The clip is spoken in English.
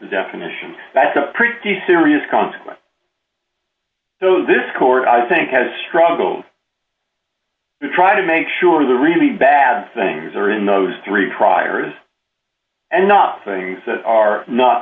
definition that's a pretty serious consequence so this court i think has struggled to try to make sure the really bad things are in those three priors and not things that are not